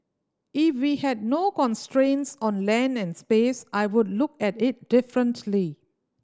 if we had no constraints on land and space I would look at it differently